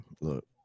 look